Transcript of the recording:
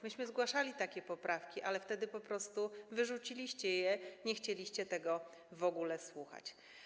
Myśmy zgłaszali takie poprawki, ale wtedy po prostu wyrzuciliście je, nie chcieliście tego w ogóle słuchać.